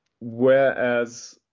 whereas